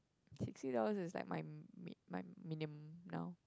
sixty dollars is like my mid my minimum now